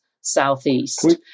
southeast